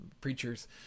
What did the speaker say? preachers